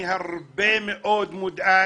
אני הרבה מאוד מודאג.